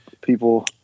people